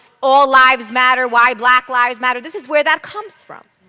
all lives matter, why black lives matter. this is where that comes from.